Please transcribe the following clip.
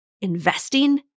investing